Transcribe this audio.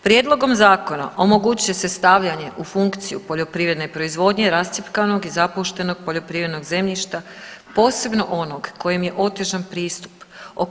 Prijedlogom zakona omogućit će se stavljanje u funkciju poljoprivredne proizvodnje rascjepkanog i zapuštenog poljoprivrednog zemljišta posebno onog kojem je otežan pristup.